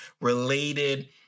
related